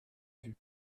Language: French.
vue